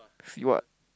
see what